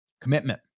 commitment